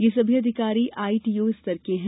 ये सभी अधिकारी आईटीओ स्तर के हैं